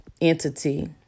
entity